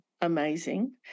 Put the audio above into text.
Amazing